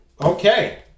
Okay